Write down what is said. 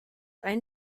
ein